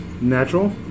Natural